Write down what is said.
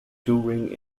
touring